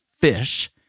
fish